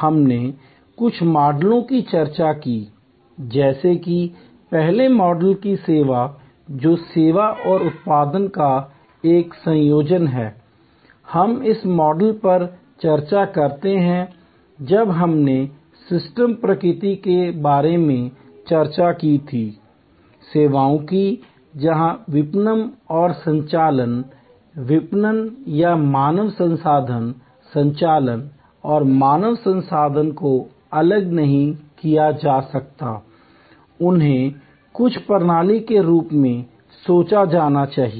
हमने कुछ मॉडलों की चर्चा की जैसे कि पहले मॉडल की सेवा जो सेवा और उत्पादन का एक संयोजन है हम इस मॉडल पर चर्चा करते हैं जब हमने सिस्टम प्रकृति के बारे में चर्चा की थी सेवाओं की जहां विपणन और संचालन विपणन या मानव संसाधन संचालन और मानव संसाधन को अलग नहीं किया जा सकता है उन्हें कुल प्रणाली के रूप में सोचा जाना चाहिए